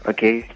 Okay